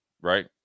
right